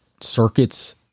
circuits